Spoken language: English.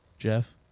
Jeff